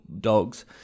dogs